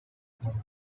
contract